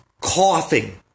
coughing